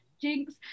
Jinx